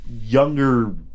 younger